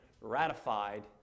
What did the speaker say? ratified